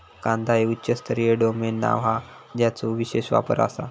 कांदा हे उच्च स्तरीय डोमेन नाव हा ज्याचो विशेष वापर आसा